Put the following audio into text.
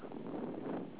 oh wells